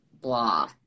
blah